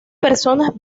personas